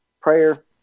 prayer